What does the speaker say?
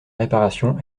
réparation